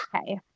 okay